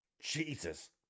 Jesus